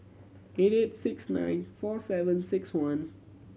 eight eight six nine four seven six one